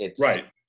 Right